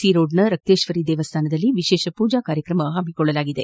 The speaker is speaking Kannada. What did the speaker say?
ಸಿ ರೋಡ್ನ ರಕ್ತೇಶ್ವರಿ ದೇವಸ್ಥಾನದಲ್ಲಿ ವಿಶೇಷ ಪೂಜಾ ಕಾರ್ಯಕ್ರಮ ಪಮ್ಮಕೊಳ್ಳಲಾಗಿದೆ